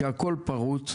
כשהכול פרוץ.